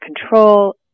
control